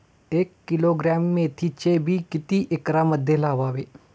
एक किलोग्रॅम मेथीचे बी किती एकरमध्ये लावावे?